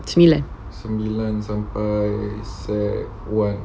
sembilan